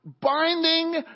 binding